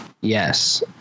Yes